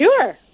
Sure